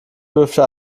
dürfte